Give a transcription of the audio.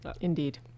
Indeed